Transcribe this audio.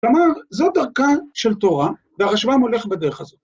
כלומר, זאת דרכה של תורה, והרשב"ם הולך בדרך הזאת.